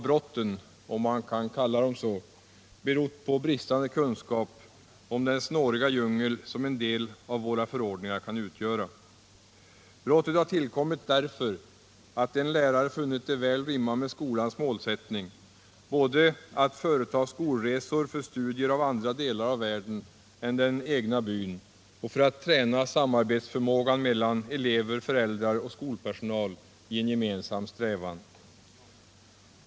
Brotten - om man kan kalla dem så — har berott på bristande kunskap om den snåriga djungel som en del av våra förordningar kan utgöra. ”Brottet” har tillkommit därför att en lärare funnit det väl rimma med skolans målsättning både att företa skolresor för studier av andra delar av världen än den egna byn och att träna samarbetsförmågan mellan elever, föräldrar och skolpersonal i en gemensam strävan.